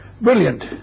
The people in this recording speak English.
Brilliant